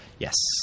Yes